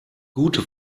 gute